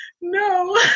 no